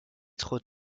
trop